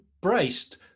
braced